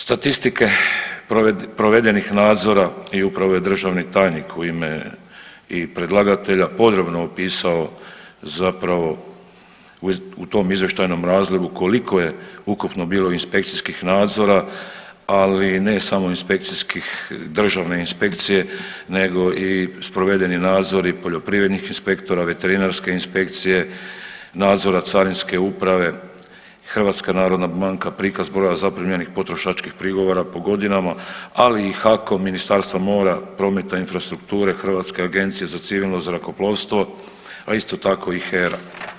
Statistike provedenih nadzora i upravo je državni tajnik u ime i predlagatelja podrobno opisao zapravo u tom izvještajnom razdoblju koliko je ukupno bilo inspekcijskih nadzora, ali ne samo inspekcijskih, državne inspekcije, nego i sproveden je nadzor i poljoprivrednih inspektora, veterinarske inspekcije, nadzora Carinske uprave, HNB, prikaz broja zaprimljenih potrošačkih prigovora po godinama, ali i HAKOM, Ministarstvo mora, prometa i infrastrukture, Hrvatske agencije za civilno zrakoplovstvo, a isto tako i HERA.